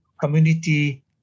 community